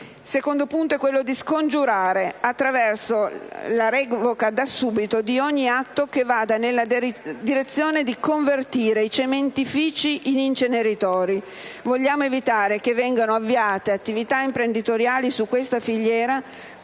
secondo punto è la revoca, da subito, di ogni atto che vada nella direzione di convertire i cementifici in inceneritori. Vogliamo evitare che vengano avviate attività imprenditoriali su questa filiera